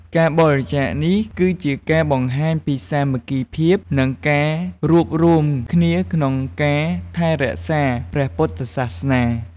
ការបរិច្ចាគនេះ គឺជាការបង្ហាញពីសាមគ្គីភាព និងការរួបរួមគ្នាក្នុងការថែរក្សាព្រះពុទ្ធសាសនា។